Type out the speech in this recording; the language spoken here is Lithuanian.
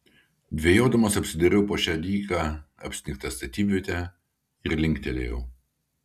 dvejodamas apsidairiau po šią dyką apsnigtą statybvietę ir linktelėjau